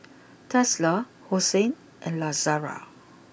Tesla Hosen and Lazada